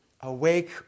Awake